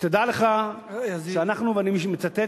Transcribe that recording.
שתדע לך שאנחנו, ואני מצטט,